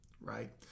right